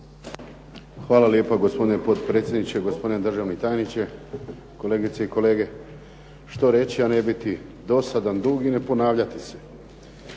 Hvala lijepa gospodine potpredsjedniče, gospodine državni tajniče, kolegice i kolege. Što reći, a ne biti dosadan, dug i ne ponavljati se.